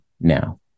now